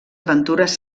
aventures